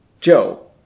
Joe